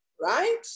Right